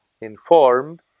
informed